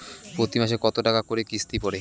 প্রতি মাসে কতো টাকা করি কিস্তি পরে?